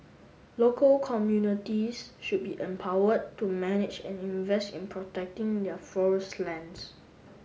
local communities should be empowered to manage and invest in protecting their forest lands